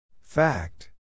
Fact